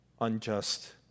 unjust